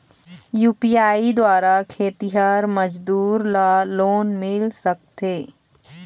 UPI द्वारा खेतीहर मजदूर ला लोन मिल सकथे?